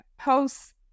posts